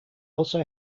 also